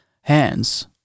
hands